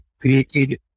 created